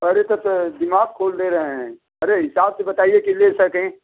अरे तब तो दिमाग खोल दे रहे हैं अरे हिसाब से बताइए कि ले सकें